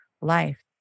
life